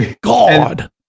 God